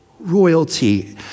royalty